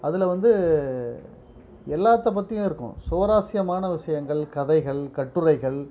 அதில் வந்து எல்லாத்தைப்பத்தியும் இருக்கும் சுவாரஷ்யமான விஷயங்கள் கதைகள் கட்டுரைகள்